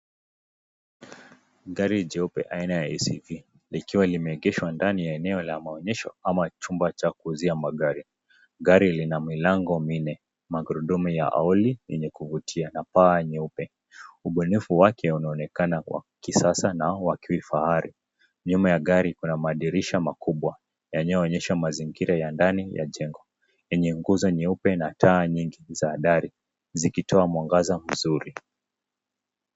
Gari jeupe aina ya acp likiwa limeegeshwa ndani ya maonesho ama chumba cha kuuzia magari gari Lina milango mi nne magurudumu ya oli, yenye kuvutia na paa nyeupe ubunifu wake unaonekana wa kisasa na kifahari nyumba ya gari Kuna madirisha makubwa, yanayo onyesha mazingira ya jengo yenye nguzo nyeupe na taa nyingi za gari zikitoa mwangaza vizuri